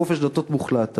חופש דתות מוחלט.